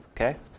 Okay